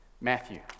Matthew